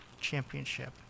championship